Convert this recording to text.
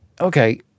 okay